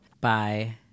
Bye